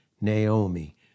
Naomi